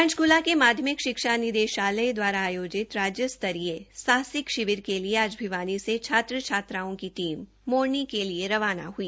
पंचकूला के माध्यमिक षिक्षा निदेषालय द्वारा आयोजित राज्य स्तरीय साहसिक षिविर के लिए आज भिवानी से छात्र छात्राओं की टीम मोरनी के लिए रवाना हई